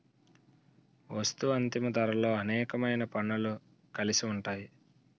వస్తూ అంతిమ ధరలో అనేకమైన పన్నులు కలిసి ఉంటాయి